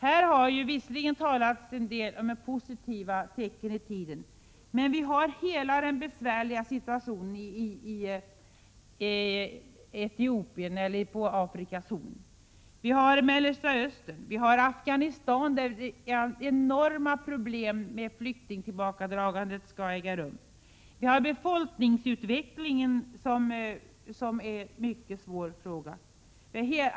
Här har det visserligen talats en del om positiva tecken i tiden. Men vi har hela den besvärliga situationen i Etiopien på Afrikas horn. Vi har även Mellersta Östern, och vi har Afghanistan, där man har enorma problem i samband med flyktingtillbakadragandet. Vi har befolkningsutvecklingen som är en mycket svår fråga.